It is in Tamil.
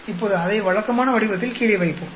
இப்போது அதை வழக்கமான வடிவத்தில் கீழே வைப்போம்